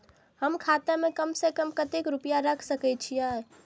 हम खाता में कम से कम कतेक रुपया रख सके छिए?